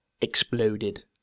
exploded